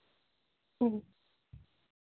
ᱦᱩᱸ